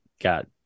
got